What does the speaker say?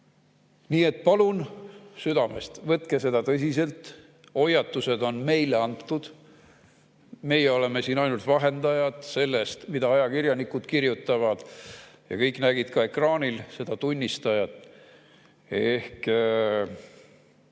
Nii et palun südamest, võtke seda tõsiselt. Hoiatused on meile antud. Meie oleme siin ainult vahendajad sellest, mida ajakirjanikud kirjutavad. Ja kõik nägid ka ekraanil seda tunnistajat. Ehk